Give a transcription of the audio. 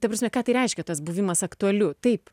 ta prasme ką tai reiškia tas buvimas aktualiu taip